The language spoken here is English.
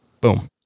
Boom